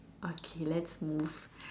okay let's move